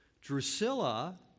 Drusilla